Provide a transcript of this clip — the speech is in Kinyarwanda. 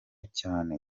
cyane